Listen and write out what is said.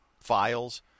files